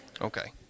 okay